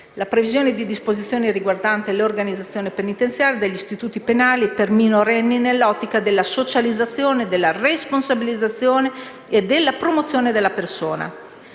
la previsione di disposizioni riguardanti l'organizzazione penitenziaria degli istituti penali per minorenni nell'ottica della socializzazione, della responsabilizzazione e della promozione della persona;